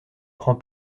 prend